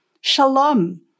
shalom